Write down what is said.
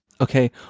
okay